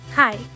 Hi